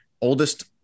oldest